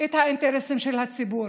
את האינטרסים של הציבור.